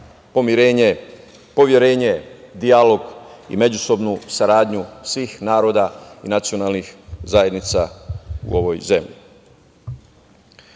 pomirenje, poverenje, dijalog i međusobnu saradnju svih naroda i nacionalnih zajednica u ovoj zemlji. Kao